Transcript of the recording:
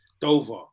Dover